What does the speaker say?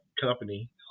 company